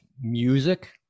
music